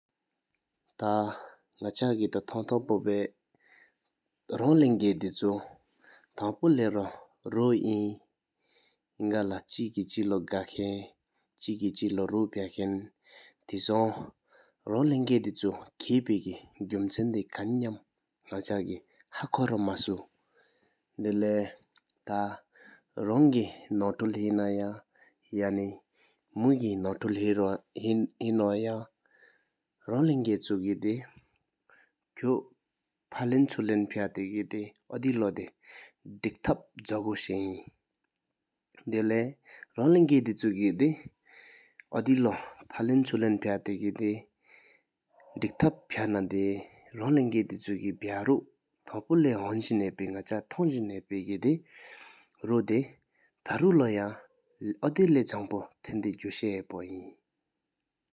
ཐ་ནག་ཆ་ཀེ་ཏོ་ཐོང་ཐོང་པོ་ར་ཨིན། རང་ལྷན་དགེ་ཆུ་ནེ་ཐང་པོ་ལེ་རང་རོ་ཨིན། ནེ་ག་ལ་ཅིག་ཀེ་ཅིག་ལོ་ག་ཁན་། ཅིག་ཀེ་ཆེ་ལོ་རོ་ཕ་ཁན། ཐིང་སོ་རོང་ལྷན་དགེ་དེ་ཆུ་ཁེ་པེ་ཀེ་གུམ་ཆེན་དེ་ཁན་ནམ། ནག་ཆ་ཀེ་ཧ་ཁོ་རོ་མ་སུ། ཏོ་སེ་ཐ་རང་ཀེ་ནོར་ཐོལ་ཧེ་ན་ཡང་ཡ་ནེ་མུ་ཀེ་ནོར་ཐོལ་ཧེ་ན་ཡང་། རོང་ལྷན་དགེ་ཆུ་ཀེ་དེ་ཁུ་ཕ་ལན་ཆུར་ལེ་ཕ་ཏེ་ཀེ་ཨོ་དེ་ལོ་དེ་དེཀ་ཐབ་ཕ་གོ་ཤ་ཨིན། ཏོ་སེ་རོང་ལྷན་དགེ། དེ་ཆུ་ཀེ་དེ་ཨོ་དེ་ལོ་ཕ་ལན་ཆུ་ལན་ཕ་ཏེ་ཀེ་དེ་དེཀ་ཐབ་པ་ན་དེ་རང་ལྷན་དགེ་དེ་ཆུ་ཀེ་བ་རུ་ཐང་པོ་ལེ་ཧོང་ཟིང་ཕེ་ ནག་ཆ་ཐོང་ཟིང་ཧེ་ ཕེ་ཀེ་དེ་རོ་དེ་ཨོ་དེ་ལེ་ཟང་ཕུ་ཐན་དེ་ཧ་ཕོ་ཨིན།